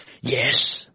Yes